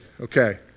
okay